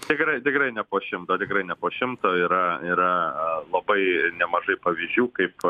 tikrai tikrai ne po šimto tikrai ne po šimto yra yra labai nemažai pavyzdžių kaip